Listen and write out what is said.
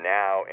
now